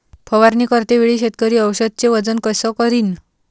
फवारणी करते वेळी शेतकरी औषधचे वजन कस करीन?